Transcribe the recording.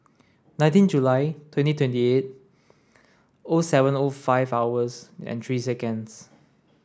nineteen July twenty twenty eight O seven O five hours and three seconds